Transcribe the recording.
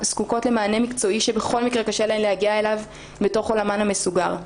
זקוקות למענה מקצועי שבכל מקרה קשה להן להגיע אליו מתוך עולמן המסוגר.